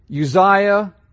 Uzziah